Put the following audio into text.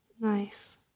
Nice